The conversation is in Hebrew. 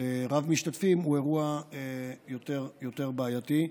רב-משתתפים, הוא אירוע יותר בעייתי.